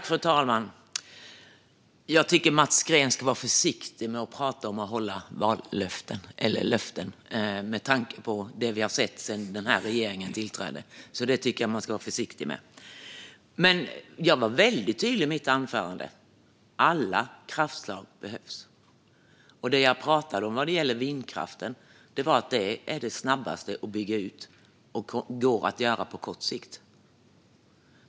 Fru talman! Jag tycker att ledamoten Mats Green ska vara försiktig med att prata om att hålla vallöften, eller löften, med tanke på det vi har sett sedan regeringen tillträdde. Det tycker jag alltså att man ska vara försiktig med. Jag var väldigt tydlig i mitt anförande: Alla kraftslag behövs. Det jag pratade om när det gäller vindkraften var att det är det snabbaste att bygga ut, och det går att göra på kort sikt.